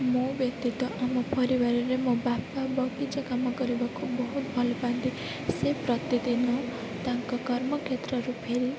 ମୋ ବ୍ୟତୀତ ଆମ ପରିବାରରେ ମୋ ବାପା ବଗିଚା କାମ କରିବାକୁ ବହୁତ ଭଲ ପାଆନ୍ତି ସେ ପ୍ରତିଦିନ ତାଙ୍କ କର୍ମକ୍ଷେତ୍ରରୁ ଫେରି